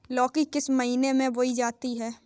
लौकी किस महीने में बोई जाती है?